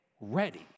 ready